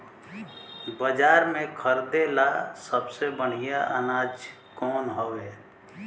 बाजार में खरदे ला सबसे बढ़ियां अनाज कवन हवे?